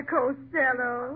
Costello